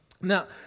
Now